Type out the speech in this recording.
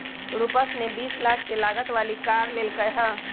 रूपश ने बीस लाख के लागत वाली कार लेल कय है